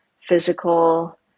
physical